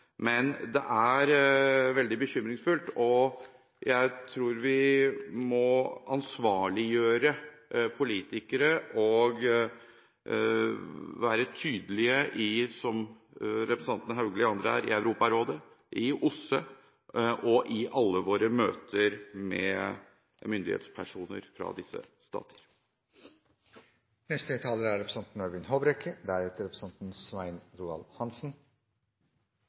Men det er veldig bekymringsfullt. Jeg tror vi må ansvarliggjøre politikere og være tydelige, som representanten Haugli og andre er, i Europarådet, i OSSE og i alle våre møter med myndighetspersoner fra disse statene. Siden jeg først har ordet, vil jeg også knytte en liten kommentar til representanten